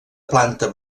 planta